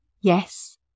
Yes